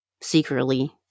secretly